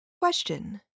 Question